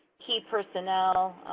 key personnel